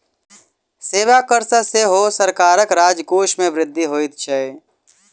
सेवा कर सॅ सेहो सरकारक राजकोष मे वृद्धि होइत छै